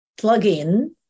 plugin